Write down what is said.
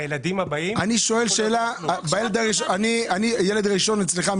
בילדים הבאים --- ילד ראשון אצלך,